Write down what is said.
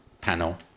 panel